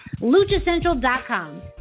LuchaCentral.com